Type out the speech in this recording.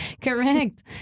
Correct